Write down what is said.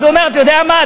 אז הוא אומר: אתה יודע מה?